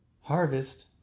harvest